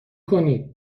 کنید